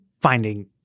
finding